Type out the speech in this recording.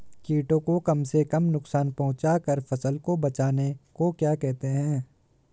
कीटों को कम से कम नुकसान पहुंचा कर फसल को बचाने को क्या कहते हैं?